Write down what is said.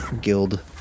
guild